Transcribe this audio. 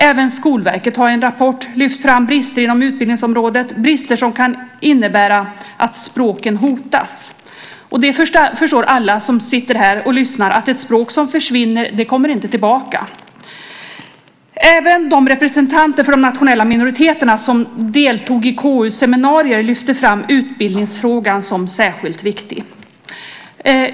Även Skolverket har i en rapport lyft fram brister inom utbildningsområdet, brister som kan innebära att språken hotas. Alla som sitter här och lyssnar förstår att ett språk som försvinner inte kommer tillbaka. Även de representanter för de nationella minoriteterna som deltog i KU:s seminarier lyfte fram utbildningsfrågan som särskilt viktig.